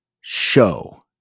show